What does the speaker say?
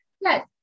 yes